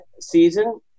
season